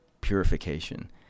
purification